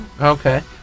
Okay